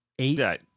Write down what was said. eight